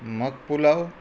મગ pulao